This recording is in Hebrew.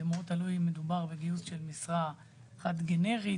זה מאוד תלוי אם מדובר בגיוס של משרה חד גנרית,